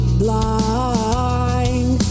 blind